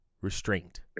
Restraint